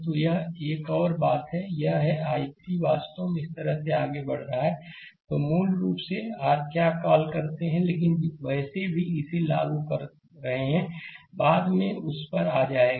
तो एक और बात यह है कि यह I3 वास्तव में इस तरह से आगे बढ़ रहा है तो मूल रूप से आर क्या कॉल करते हैं लेकिन वैसे भी इसे लागू कर रहे हैं बाद में उस पर आ जाएगा